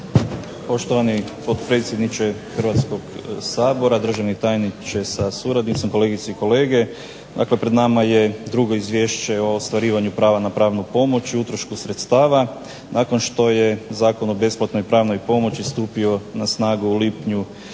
Poštovani potpredsjedniče Hrvatskoga sabora, državni tajniče sa suradnicom, kolegice i kolege. Dakle, pred nama je Izvješće o ostvarivanju prava na pravnu pomoć i utrošku sredstava, nakon što je Zakon o besplatnoj pravnoj pomoći stupio na snagu u lipnju